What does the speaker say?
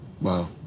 Wow